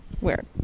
Weird